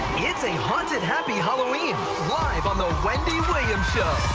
it's a haunted, happy halloween, live on the wendy williams show.